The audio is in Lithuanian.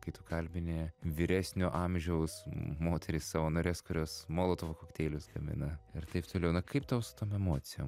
kai tu kalbini vyresnio amžiaus moteris savanores kurios molotovo kokteilius gamina ir taip toliau na kaip tau su tom emocijom